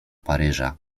paryża